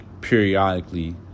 periodically